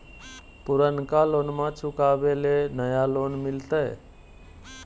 पुर्नका लोनमा चुकाबे ले नया लोन मिलते?